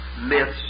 myths